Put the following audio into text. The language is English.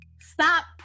Stop